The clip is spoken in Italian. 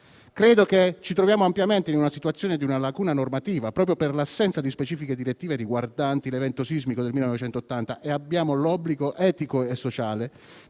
Credo che ci troviamo ampiamente dinanzi a una lacuna normativa, proprio per l'assenza di specifiche direttive riguardanti l'evento sismico del 1980, e abbiamo l'obbligo etico e sociale